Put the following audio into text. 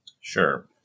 Sure